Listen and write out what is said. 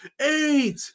Eight